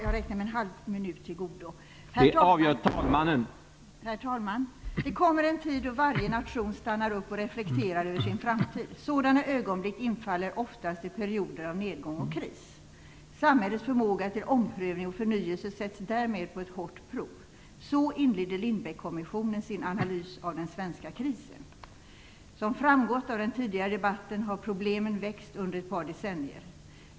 Herr talman! "Det kommer en tid då varje nation stannar upp och reflekterar över sin framtid. Sådana ögonblick infaller oftast i perioder av nedgång och kris. Samhällets förmåga till omprövning och förnyelse sätts därmed på ett hårt prov." Så inleder Lindbeckkommissionen sin analys av den svenska krisen. Som framgått av den tidigare debatten har problemen vuxit i omfattning under ett par decennier.